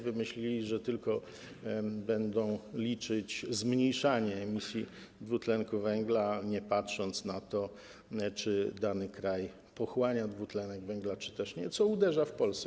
Wymyślili, że będą liczyć tylko zmniejszanie emisji dwutlenku węgla, nie patrząc na to, czy dany kraj pochłania dwutlenek węgla, czy też nie, co uderza w Polskę.